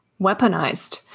weaponized